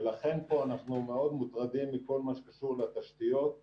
ולכן פה אנחנו מאוד מוטרדים מכל מה שקשור לתשתיות התיירות.